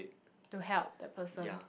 to help the person